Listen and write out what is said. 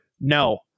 no